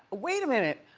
wait a minute,